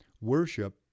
Worship